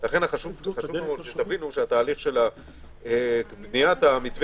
וחשוב לנו שתבינו שהתהליך של בניית המתווה